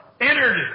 entered